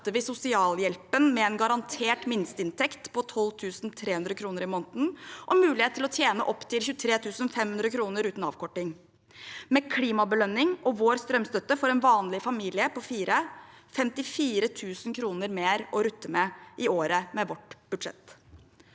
vi sosialhjelpen med en garantert minsteinntekt på 12 300 kr i måneden og mulighet til å tjene opptil 23 500 kr uten avkorting. Med klimabelønning og vår strømstøtte får en vanlig familie på fire 54 000 kr mer å rutte med i året med vårt budsjett.